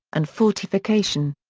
and fortification.